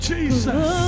Jesus